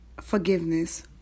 forgiveness